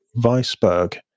Weisberg